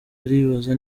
aribaza